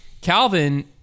Calvin